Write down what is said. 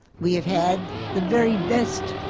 we have had the very best.